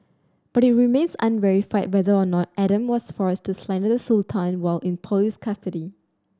but it remains unverified whether or not Adam was forced to slander the Sultan while in police custody